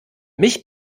mich